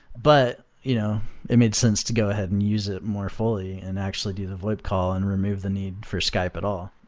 but you know it made sense to go ahead and use it more fully and actually do the voip call and remove the need for skype at all.